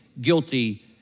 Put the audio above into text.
guilty